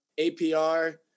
APR